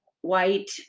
white